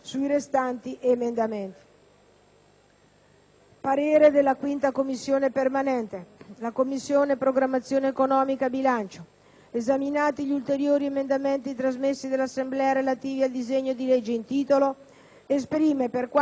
(*Segue* AMATI, *segretario*). «La Commissione programmazione economica, bilancio, esaminati gli ulteriori emendamenti trasmessi dall'Assemblea, relativi al disegno di legge in titolo, esprime, per quanto di propria competenza, parere contrario,